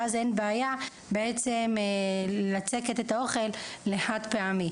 ואז אין בעיה לצקת את האוכל לחד פעמי.